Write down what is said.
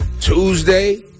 Tuesday